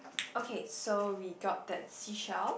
okay so we got that seashell